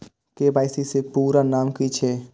KYC के पूरा नाम की छिय?